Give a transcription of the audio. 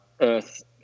Earth